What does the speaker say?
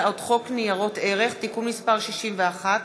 הצעת חוק ניירות ערך (תיקון מס' 61),